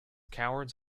cowards